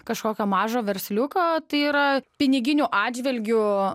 kažkokio mažą versliuką tai yra piniginiu atžvilgiu